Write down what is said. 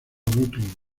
brooklyn